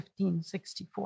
1564